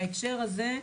בהקשר הזה,